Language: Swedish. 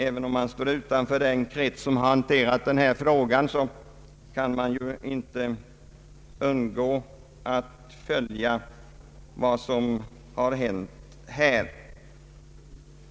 även om man står utanför den krets som haft att besluta i denna fråga kan man inte undgå att följa vad som har hänt.